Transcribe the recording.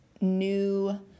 new